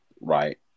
right